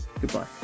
goodbye